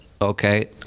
Okay